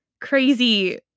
crazy